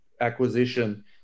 acquisition